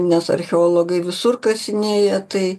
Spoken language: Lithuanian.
nes archeologai visur kasinėja tai